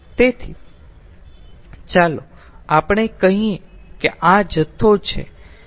તેથી ચાલો આપણે કહીએ કે આ જથ્થો છે X